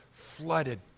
flooded